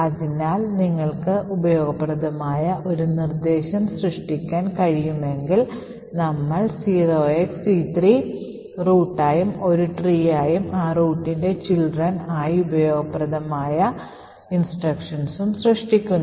അതിനാൽ നിങ്ങൾക്ക് ഉപയോഗപ്രദമായ ഒരു നിർദ്ദേശം സൃഷ്ടിക്കാൻ കഴിയുമെങ്കിൽ നമ്മൾ 0xC3 റൂട്ടായി ഒരു ട്രീയും ആ റൂട്ടിന്റെ ചിൽഡ്രൻ ആയി ഉപയോഗപ്രദമായ നിർദ്ദേശങ്ങളും സൃഷ്ടിക്കുന്നു